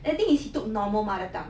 I think is he took normal mother tongue